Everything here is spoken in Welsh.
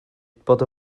bod